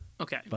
Okay